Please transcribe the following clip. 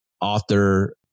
author